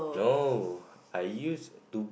oh I used to